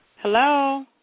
Hello